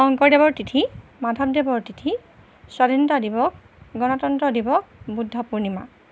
শংকৰদেৱৰ তিথি মাধৱদেৱৰ তিথি স্বাধীনতা দিৱস গণতন্ত্ৰ দিৱস বুদ্ধ পূৰ্ণিমা